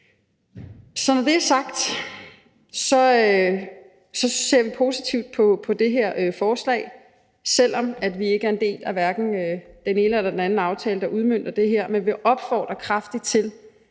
Så når det er sagt, ser vi positivt på det her forslag, selv om vi hverken er en del af den ene eller den anden aftale, der udmønter det. Vi vil kraftigt